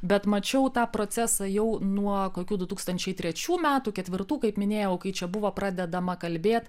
bet mačiau tą procesą jau nuo kokių du tūkstančiai trečių metų ketvirtų kaip minėjau kai čia buvo pradedama kalbėt